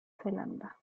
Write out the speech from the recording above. zelanda